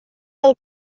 del